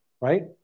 right